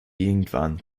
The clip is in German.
irgendwann